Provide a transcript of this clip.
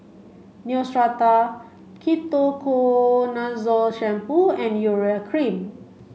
Neostrata Ketoconazole shampoo and Urea cream